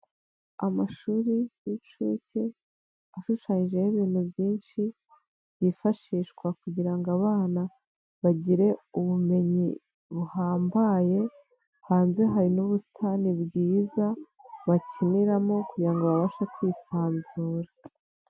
Amashuri y'incuke ashushanyijeho ibintu byinshi byifashishwa kugira ngo abana bagire ubumenyi buhambaye, hanze hari n'ubusitani bwiza bakiniramo kugirango ngo babashe kwisanzura.